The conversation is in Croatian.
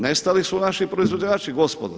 Nestali su naši proizvođači gospodo.